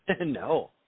No